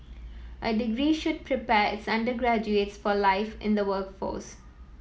a degree should prepare its undergraduates for life in the workforce